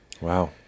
Wow